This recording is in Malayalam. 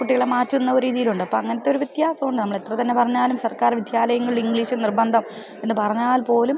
കുട്ടികളെ മാറ്റുന്ന ഒരു രീതിയിൽ ഉണ്ട് അങ്ങനത്തെ ഒരു വ്യത്യാസം ഉണ്ട് നമ്മൾ എത്ര തന്നെ പറഞ്ഞാലും സർക്കാർ വിദ്യാലയങ്ങളും ഇംഗ്ലീഷ് നിർബന്ധം എന്നു പറഞ്ഞാൽ പോലും